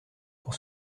pour